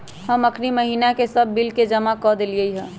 हम अखनी महिना के सभ बिल के जमा कऽ देलियइ ह